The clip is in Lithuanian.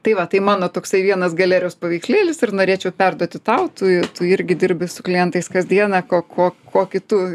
tai va tai mano toksai vienas galerijos paveikslėlis ir norėčiau perduoti tau tu tu irgi dirbi su klientais kasdieną ko ko kokį tu